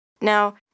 Now